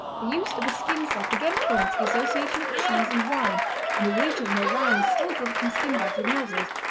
the use of a skin sack again points the association of cheese and wine in a region where wine is still drunk from skin bags with nozzles,